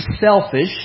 selfish